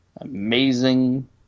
amazing